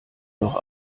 doch